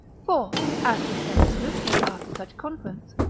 for, as he said in lucian after such conference,